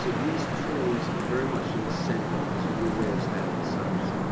so these tools are very much in the center of this new way of static sites.